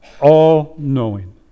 all-knowing